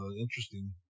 interesting